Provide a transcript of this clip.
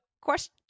Question